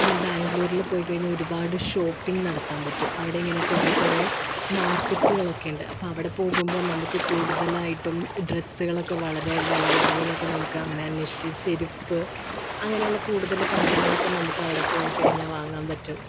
പിന്നെ ബാംഗ്ലൂരില് പോയിക്കഴിഞ്ഞാല് ഒരുപാട് ഷോപ്പിംഗ് നടത്താമ്പറ്റും അവിടെ ഇങ്ങനെ കുറെ കുറെ മാർക്കറ്റുകളൊക്കെ ഉണ്ട് അപ്പോള് അവിടെ പോകുമ്പോള് നമുക്ക് കൂടുതലായിട്ടും ഡ്രസ്സുകളൊക്കെ വളരെ വില കുറവിനൊക്കെ നമുക്ക് അങ്ങനെ അന്വേഷിച്ച് ചെരുപ്പ് അങ്ങനെയുള്ള കൂടുതല് കാര്യങ്ങളൊക്കെ നമുക്ക് അവിടെ പോയിക്കഴിഞ്ഞാല് വാങ്ങാന് പറ്റും